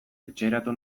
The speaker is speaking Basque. etxeratu